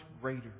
greater